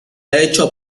hecho